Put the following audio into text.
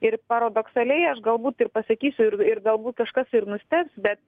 ir paradoksaliai aš galbūt ir pasakysiu ir ir galbūt kažkas ir nustebs bet